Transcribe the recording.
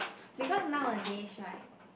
because nowadays right